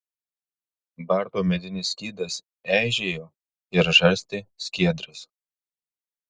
barto medinis skydas eižėjo ir žarstė skiedras